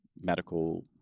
medical